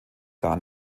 gar